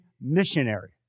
missionary